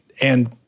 and-